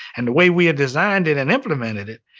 and the way we had designed it and implemented it,